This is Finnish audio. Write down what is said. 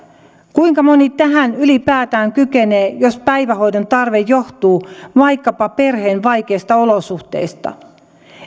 kuinka moni tähän ylipäätään kykenee jos päivähoidon tarve johtuu vaikkapa perheen vaikeista olosuhteista